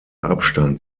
abstand